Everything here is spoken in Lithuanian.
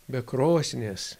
be krosnies